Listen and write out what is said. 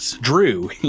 Drew